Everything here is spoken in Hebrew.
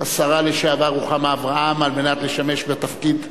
השרה לשעבר רוחמה אברהם, לשמש בתפקיד.